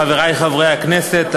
חברי חברי הכנסת,